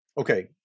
Okay